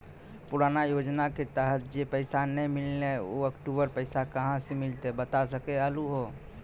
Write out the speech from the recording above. पुराना योजना के तहत जे पैसा नै मिलनी ऊ अक्टूबर पैसा कहां से मिलते बता सके आलू हो?